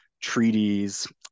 treaties